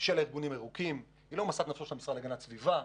של הארגונים הירוקים ולא משאת נפשו של המשרד להגנת הסביבה.